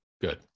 good